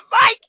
Mike